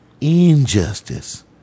injustice